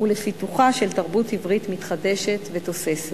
ולפיתוחה של תרבות עברית מתחדשת ותוססת.